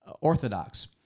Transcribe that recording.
Orthodox